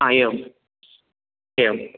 एवम् एवम्